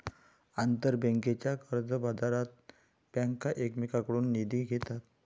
आंतरबँकेच्या कर्जबाजारात बँका एकमेकांकडून निधी घेतात